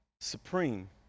supreme